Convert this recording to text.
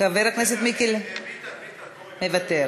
חבר הכנסת מיקי לוי, מוותר,